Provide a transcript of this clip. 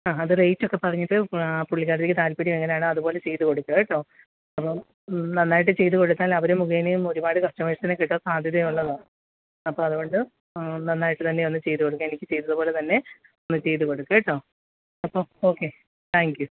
ആ അത് റേറ്റ് ഒക്കെ പറഞ്ഞിട്ട് പുള്ളിക്കാരിക്ക് താല്പര്യം എങ്ങനെയാണോ അതുപോലെ ചെയ്തു കൊടുക്ക് കേട്ടോ അപ്പോൾ നന്നായിട്ട് ചെയ്തുകൊടുത്താൽ അവർ മുഖേനയും ഒരുപാട് കസ്റ്റമേഴ്സിനെ കിട്ടാന് സാധ്യത ഉള്ളതാണ് അപ്പോൾ അതുകൊണ്ട് നന്നായിട്ട് തന്നെ ഒന്ന് ചെയ്ത് കൊടുക്ക് എനിക്ക് ചെയ്തത് പോലെ തന്നെ ഒന്ന് ചെയ്ത് കൊടുക്ക് കേട്ടോ അപ്പോൾ ഓക്കെ താങ്ക് യു